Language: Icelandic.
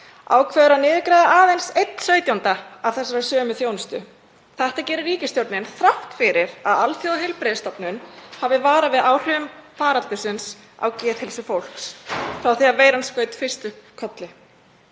ákveður að niðurgreiða aðeins 1/17 af þessari sömu þjónustu. Þetta gerir ríkisstjórnin þrátt fyrir að Alþjóðaheilbrigðisstofnunin hafi varað við áhrifum faraldursins á geðheilsu fólks þegar veiran skaut fyrst upp kollinum.